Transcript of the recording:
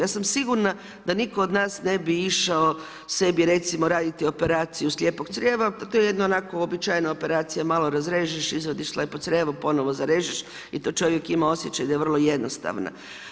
Ja sam sigurna da nitko od nas ne bi išao sebi recimo raditi operaciju slijepog crijeva, to je jedna onako uobičajena operacija, malo razrežeš, izvadiš slijepo crijevo, ponovno zarežeš i to čovjek ima osjećaj da je vrlo jednostavna.